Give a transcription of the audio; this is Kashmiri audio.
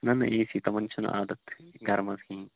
نہ نہ اے سی تِمَن چھِنہٕ عادت گَرمس کِہیٖنۍ